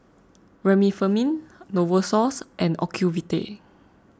Remifemin Novosource and Ocuvite